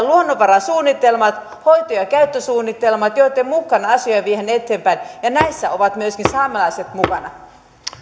luonnonvarasuunnitelmat hoito ja ja käyttösuunnitelmat joitten mukaan asioita viedään eteenpäin ja näissä ovat myöskin saamelaiset mukana